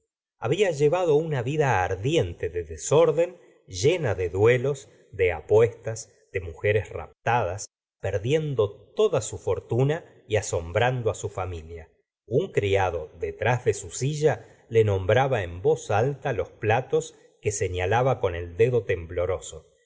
había llevado una vida ardiente de desorden llena de duelos de apuestas de mujere raptadas perdiendo toda su fortuna y asombrando su familia un criado detrás de su silla le nombraba en voz alta los platos que senalaba con el dedo tembloroso